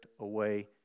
away